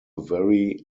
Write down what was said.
very